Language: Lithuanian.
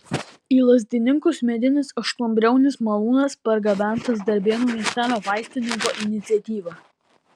į lazdininkus medinis aštuonbriaunis malūnas pargabentas darbėnų miestelio vaistininko iniciatyva